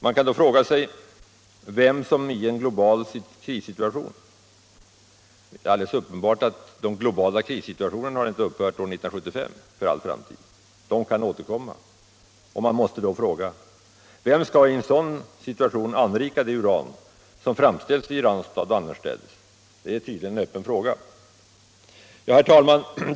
Man kan då fråga sig vem som i en global krissituation — det är alldeles uppenbart att de globala krissituationerna Om uranförsörjinte år 1975 har upphört för all framtid utan kan återkomma — skall — ningen anrika det uran som framställs i Ranstad och annorstädes. Det är tydligen en öppen fråga. Herr talman!